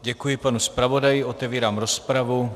Děkuji panu zpravodaji, otevírám rozpravu.